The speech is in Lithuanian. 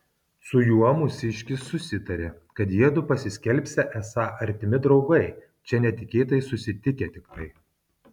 su juo mūsiškis susitarė kad jiedu pasiskelbsią esą artimi draugai čia netikėtai susitikę tiktai